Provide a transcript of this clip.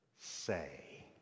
say